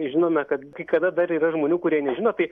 žinome kad kai kada dar yra žmonių kurie nežino tai